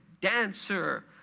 dancer